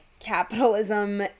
capitalism